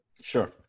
Sure